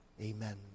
Amen